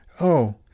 Oh